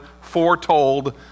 foretold